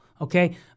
okay